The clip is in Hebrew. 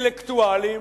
לאינטלקטואלים.